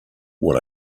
what